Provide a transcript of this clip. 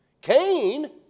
Cain